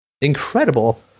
incredible